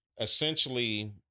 essentially